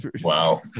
wow